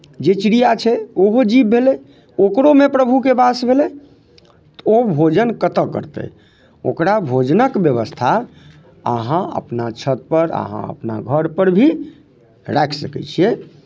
जे चिड़िया छै ओहो जीव भेलै ओकरोमे प्रभुके वास भेलै तऽ ओ भोजन कतय करतै ओकरा भोजनक व्यवस्था अहाँ अपना छतपर अहाँ अपना घरपर भी राखि सकै छियै